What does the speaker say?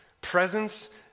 Presence